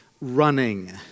running